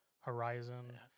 Horizon